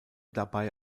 dabei